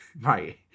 right